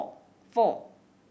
four